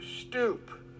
stoop